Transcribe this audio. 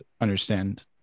understand